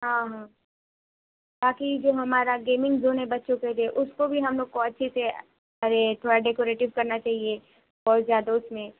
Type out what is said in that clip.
ہاں ہاں باقی جو ہمارا گیمینگ ژون ہے بچوں کے لیے اس کو بھی ہم لوگ کو اچھے سے کریں تھوڑا ڈیکوریٹیو کرنا چاہیے اور زیادہ اس میں